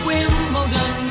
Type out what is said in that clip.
Wimbledon